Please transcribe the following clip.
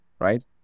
right